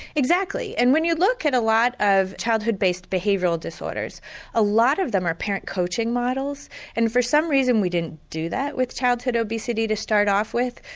exactly, and when you look at a lot of childhood based behavioural disorders a lot of them are parent coaching models and for some reason we didn't do that with childhood obesity to start off with.